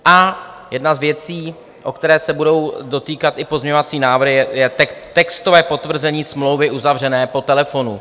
A jedna z věcí, které se budou dotýkat i pozměňovací návrhy, je textové potvrzení smlouvy uzavřené po telefonu.